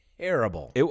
terrible